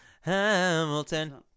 Hamilton